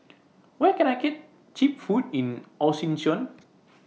Where Can I get Cheap Food in Asuncion